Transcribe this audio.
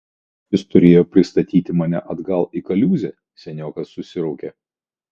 jis turėjo pristatyti mane atgal į kaliūzę seniokas susiraukė